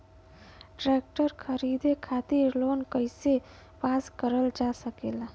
Tractor खरीदे खातीर loan कइसे पास करल जा सकेला?